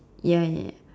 ya ya ya